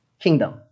kingdom